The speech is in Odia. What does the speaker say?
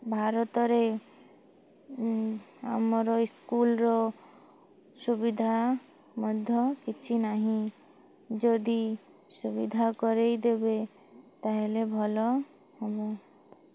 ଭାରତରେ ଆମର ଇସ୍କୁଲ୍ରେ ସୁବିଧା ମଧ୍ୟ କିଛି ନାହିଁ ଯଦି ସୁବିଧା କରେଇ ଦେବେ ତା'ହେଲେ ଭଲ ହବ